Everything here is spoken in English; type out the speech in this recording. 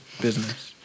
business